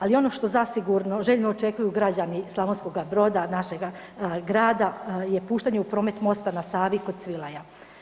Ali ono što zasigurno željno očekuju građani Slavonska Broda našega grada je puštanje u promet mosta na Savi kod Svilaja.